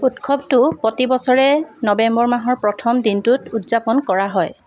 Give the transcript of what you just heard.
উৎসৱটো প্ৰতি বছৰে নৱেম্বৰ মাহৰ প্ৰথম দিনটোত উদযাপন কৰা হয়